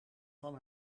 van